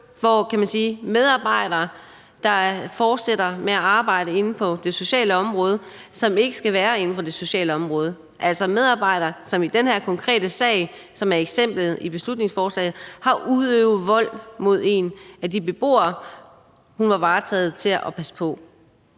til medarbejdere, som fortsætter med at arbejde inden for det sociale område, men som ikke skal være inden for det sociale område, altså medarbejdere som dem i den her konkrete sag, som er eksemplet i beslutningsforslaget, der har udøvet vold mod en af de beboere, som hun var ansat til at skulle passe på.